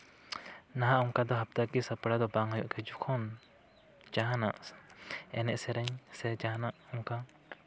ᱱᱟᱦᱟᱜ ᱚᱱᱠᱟ ᱫᱚ ᱦᱟᱯᱛᱟ ᱠᱤᱭᱟᱹ ᱥᱟᱯᱲᱟᱣ ᱫᱚ ᱵᱟᱝ ᱦᱩᱭᱩᱜ ᱠᱤᱪᱷᱩ ᱠᱷᱚᱱ ᱡᱟᱦᱟᱱᱟᱜ ᱮᱱᱮᱡ ᱥᱮᱨᱮᱧ ᱥᱮ ᱡᱟᱦᱟᱱᱟᱜ ᱚᱱᱠᱟ